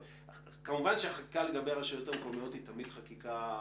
אבל כמובן שהחקיקה לגבי הרשויות המקומיות היא תמיד בעייתית,